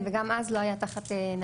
--- כן, וגם אז לא היה תחת הנציבות.